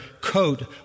coat